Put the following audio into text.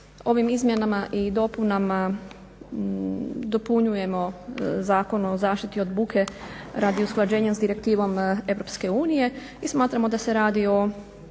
Ovim izmjenama i dopunama dopunjujemo Zakon o zaštiti od buke radi usklađenja s Direktivom EU i smatramo da se radi o